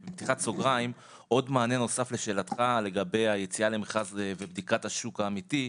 וזה מענה נוסף לשאלתך לגבי היציאה למכרז ובדיקת השוק האמיתי.